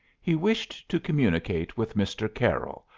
he wished to communicate with mr. carroll,